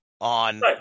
On